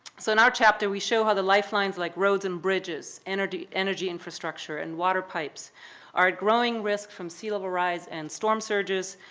so, in our chapter we show how the lifelines like roads and bridges, energy energy infrastructure and water pipes are a growing risk from sea level rise and storm surges.